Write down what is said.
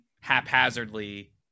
haphazardly